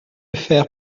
faire